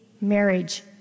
marriage